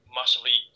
massively